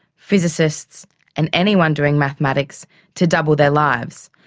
physicists and anyone doing mathematics to double their lives,